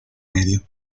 medio